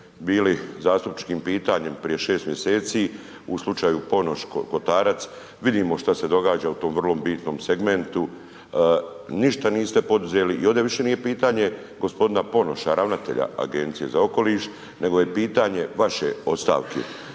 bili zastupničkim pitanjem prije 6 mjeseci u slučaju .../Govornik se ne razumije./... Vidimo što se događa u tom vrlo bitnom segmentu. Ništa niste poduzeli i ovdje više nije pitanje g. Ponoša, ravnatelja Agencije za okoliš, nego je pitanje vaše ostavke.